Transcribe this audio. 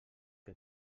que